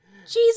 Jesus